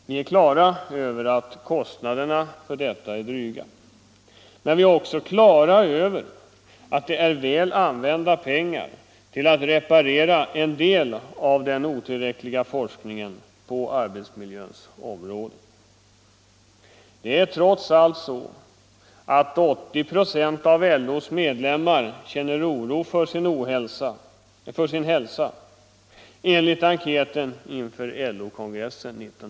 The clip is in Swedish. Vi är på det klara med att kostnaderna för detta är dryga, men vi vet också att de pengar som åtgår till att avhjälpa en del av bristerna när det gäller den otillräckliga forskningen på arbetsmiljöns område är väl använda. Det är trots allt så att, enligt vad som framgick av enkäten inför LO kongressen 1971, 80 & av LO:s medlemmar känner oro för sin hälsa.